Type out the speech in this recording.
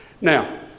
Now